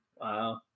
wow